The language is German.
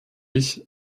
ich